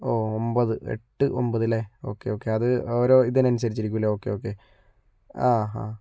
ഓ ഒൻപത് എട്ട് ഒൻപതല്ലേ ഓക്കെ ഓക്കെ അത് ഓരോ ഇതിനനുസരിച്ച് ഇരിക്കുല്ലോ ഓക്കെ ഓക്കെ ആ ആ